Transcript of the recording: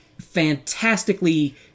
fantastically